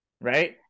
Right